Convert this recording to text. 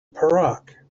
perak